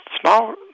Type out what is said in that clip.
small